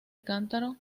cántaro